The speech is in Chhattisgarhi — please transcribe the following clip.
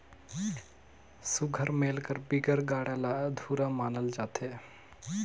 सुग्घर मेल कर बिगर गाड़ा ल अधुरा मानल जाथे